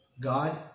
God